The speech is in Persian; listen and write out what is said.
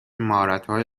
مهارتهای